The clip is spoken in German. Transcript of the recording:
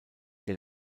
der